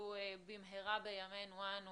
ותשתדלו במהרה בימינו אנו